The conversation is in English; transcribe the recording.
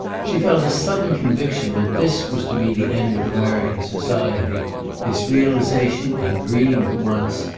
she felt a sudden conviction that this was to be the end of american society its realisation and dream at once.